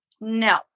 No